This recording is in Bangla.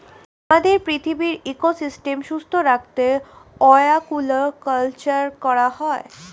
আমাদের পৃথিবীর ইকোসিস্টেম সুস্থ রাখতে অ্য়াকুয়াকালচার করা হয়